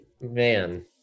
man